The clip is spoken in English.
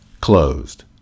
Closed